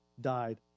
died